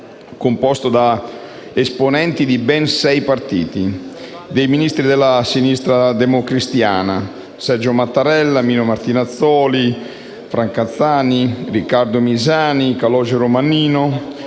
composto da esponenti di ben sei partiti, dei ministri della sinistra democristiana: Sergio Mattarella, Mino Martinazzoli, Carlo Fracanzani, Riccardo Misasi e Calogero Mannino,